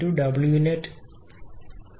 62 40